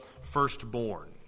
firstborn